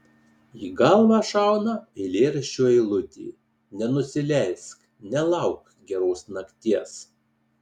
į galvą šauna eilėraščio eilutė nenusileisk nelauk geros nakties